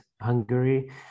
Hungary